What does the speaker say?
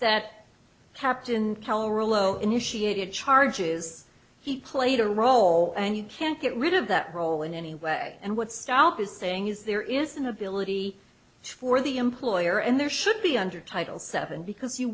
that captain callow rolo initiated charges he played a role and you can't get rid of that role in any way and what stop is saying is there is an ability for the employer and there should be under title seven because you